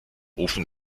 ofen